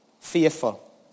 fearful